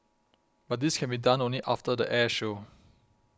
but this can be done only after the air show